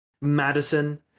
Madison